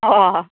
अ'